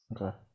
Okay